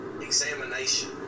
examination